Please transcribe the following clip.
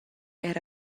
era